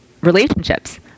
relationships